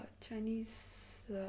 Chinese